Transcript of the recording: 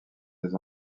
des